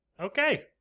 okay